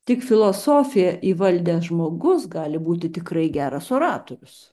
tik filosofiją įvaldęs žmogus gali būti tikrai geras oratorius